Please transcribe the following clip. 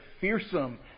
fearsome